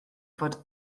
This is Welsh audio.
fod